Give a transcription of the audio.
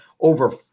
over